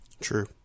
True